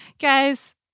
Guys